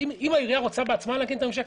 שאם העירייה רוצה בעצמה להקים את הממשק,